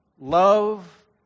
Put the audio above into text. Love